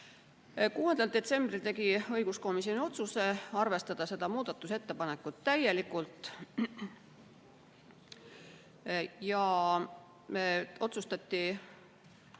6. detsembril tegi õiguskomisjoni otsuse arvestada seda muudatusettepanekut täielikult. Lisaks otsustati